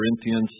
Corinthians